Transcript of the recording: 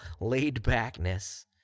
laid-backness